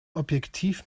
objektiv